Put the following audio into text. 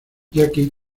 jackie